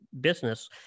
business